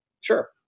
Sure